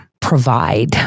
provide